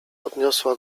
podniosła